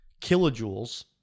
Kilojoules